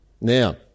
Now